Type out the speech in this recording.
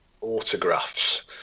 autographs